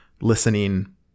Listening